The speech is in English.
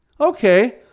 okay